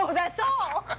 ah that's all.